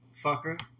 Fucker